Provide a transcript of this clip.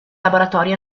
laboratori